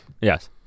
Yes